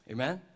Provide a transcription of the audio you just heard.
Amen